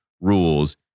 rules